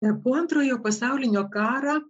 po antrojo pasaulinio karą